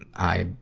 i,